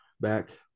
back